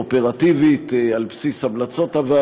ממשלה אופרטיבית על בסיס המלצותיה,